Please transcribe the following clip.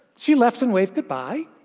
she left and waved goodbye.